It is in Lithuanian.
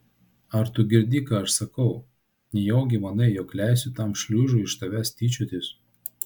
ar tu girdi ką aš sakau nejaugi manai jog leisiu tam šliužui iš tavęs tyčiotis